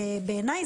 בעיניי,